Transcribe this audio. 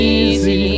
easy